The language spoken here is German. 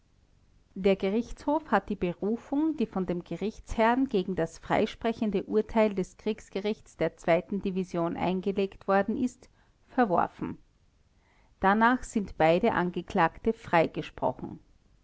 der gerichtshof hat die berufung die von dem gerichtsherrn gegen das freisprechende urteil des kriegsgerichts der zweiten division eingelegt worden ist verworfen danach sind beide angeklagte freigesprochen